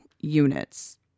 units